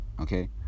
Okay